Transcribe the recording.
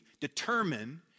determine